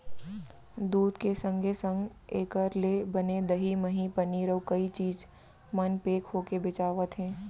दूद के संगे संग एकर ले बने दही, मही, पनीर, अउ कई चीज मन पेक होके बेचावत हें